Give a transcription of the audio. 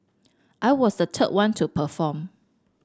I was the third one to perform